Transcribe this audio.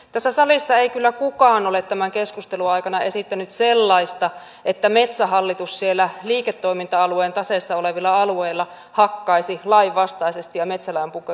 tässä salissa ei kyllä kukaan ole tämän keskustelun aikana esittänyt sellaista että metsähallitus siellä liiketoiminta alueen taseessa olevilla alueilla hakkaisi lainvastaisesti ja metsälain pykälistä välittämättä